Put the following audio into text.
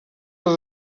les